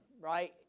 right